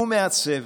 הוא מעצב,